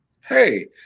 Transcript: Hey